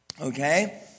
okay